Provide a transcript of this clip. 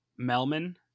Melman